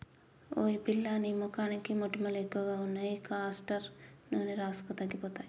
ఓయ్ పిల్లా నీ మొహానికి మొటిమలు ఎక్కువగా ఉన్నాయి కాస్టర్ నూనె రాసుకో తగ్గిపోతాయి